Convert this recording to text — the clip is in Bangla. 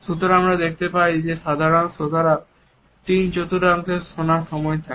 সুতরাং আমরা দেখতে পাই যে সাধারণ শ্রোতাদের তিন চতুর্থাংশ শোনার সময় থাকে